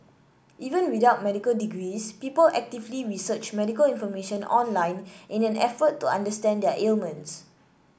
even without medical degrees people actively research medical information online in an effort to understand their ailments